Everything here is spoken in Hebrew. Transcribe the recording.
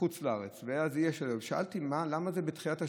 בחוץ לארץ, שאלתי: למה זה בתחילת השבוע?